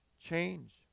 change